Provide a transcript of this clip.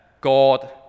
God